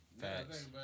Facts